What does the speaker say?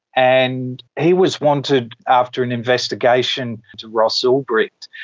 and he was wanted after an investigation into ross ulbricht,